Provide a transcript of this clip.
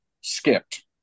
skipped